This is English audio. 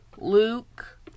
Luke